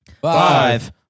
Five